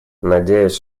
надеюсь